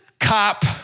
Cop